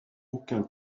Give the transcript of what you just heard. aucun